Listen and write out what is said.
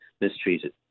mistreated